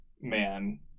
man